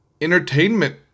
entertainment